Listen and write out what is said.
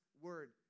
Word